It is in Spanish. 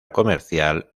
comercial